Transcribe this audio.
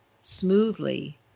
smoothly